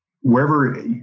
wherever